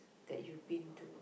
that you been to